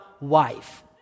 wife